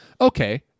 Okay